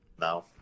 No